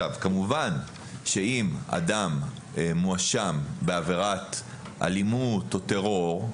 כמובן שאם אדם מואשם בעבירת אלימות או טרור,